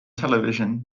television